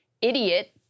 idiot